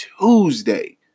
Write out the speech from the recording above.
Tuesday